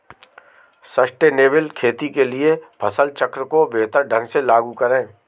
sustainable खेती के लिए फसल चक्र को बेहतर ढंग से लागू करें